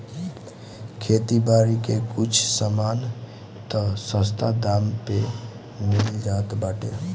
खेती बारी के कुछ सामान तअ सस्ता दाम पे मिल जात बाटे